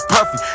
Puffy